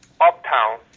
Uptown